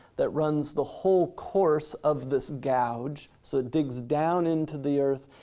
that runs the whole course of this gouge. so it digs down into the earth,